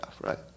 right